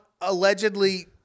allegedly